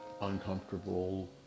uncomfortable